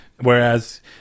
Whereas